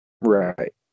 right